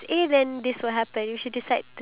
favourite movie